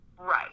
Right